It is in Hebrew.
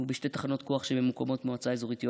בשתי תחנות כוח שממוקמות במועצה האזורית יואב.